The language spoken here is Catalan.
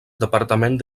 departament